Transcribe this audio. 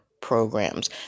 programs